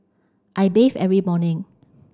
I bathe every morning